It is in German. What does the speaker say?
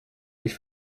sich